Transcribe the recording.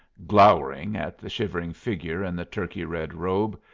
glowering at the shivering figure in the turkey-red robe.